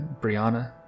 Brianna